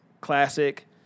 classic